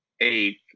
eighth